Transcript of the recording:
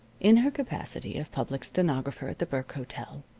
in her capacity of public stenographer at the burke hotel,